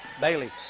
Bailey